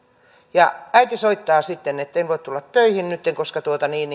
ja äiti soittaa sitten että en voi tulla töihin nytten koska